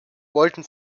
wollten